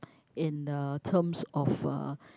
in the terms of uh